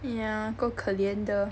yeah 够可怜的